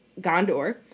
Gondor